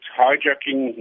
hijacking